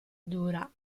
dura